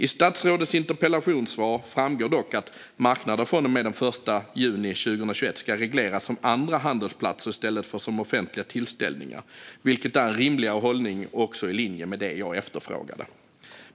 I statsrådets interpellationssvar framgår dock att marknader från och med den 1 juni 2021 ska regleras som andra handelsplatser i stället för som offentliga tillställningar, vilket är en rimligare hållning och är i linje med det jag efterfrågade.